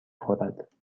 خورد